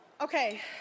okay